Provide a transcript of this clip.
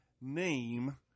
name –